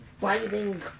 biting